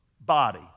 body